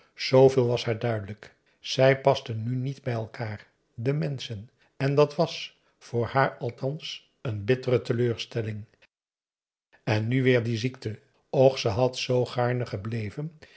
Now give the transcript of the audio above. zooveel was haar duidelijk zij pasten nu niet bij elkaar de menschen en dat was voor haar althans een bittere teleurstelling en nu weêr die ziekte och ze had zoo gaarne gebleven